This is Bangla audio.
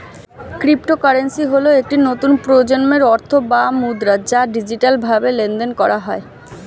ক্রিপ্টোকারেন্সি হল একটি নতুন প্রজন্মের অর্থ বা মুদ্রা যা ডিজিটালভাবে লেনদেন করা হয়